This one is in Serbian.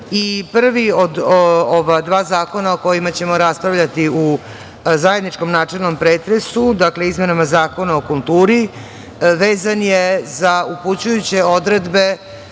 Prvi od ova dva zakona o kojima ćemo raspravljati u zajedničkom načelnom pretresu, dakle, izmenama Zakona o kulturi, vezan je za upućujuće odredbe